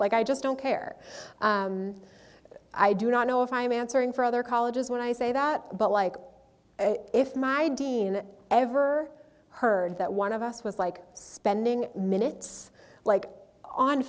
like i just don't care i do not know if i am answering for other colleges when i say that but like if my dean ever heard that one of us was like spending minutes like on